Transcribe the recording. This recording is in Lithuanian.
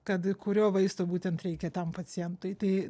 kad kurio vaisto būtent reikia tam pacientui tai